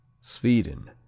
sweden